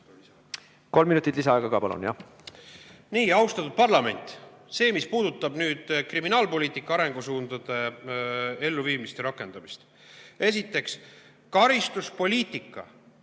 Kolm minutit lisaaega ka, palun. Austatud parlament! See, mis puudutab nüüd kriminaalpoliitika arengusuundade elluviimist ja rakendamist: esiteks, karistuspoliitika